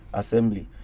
assembly